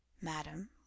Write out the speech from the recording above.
Madam